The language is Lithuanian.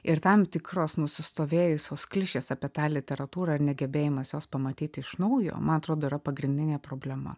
ir tam tikros nusistovėjusios klišės apie tą literatūrą ir negebėjimas jos pamatyti iš naujo man atrodo yra pagrindinė problema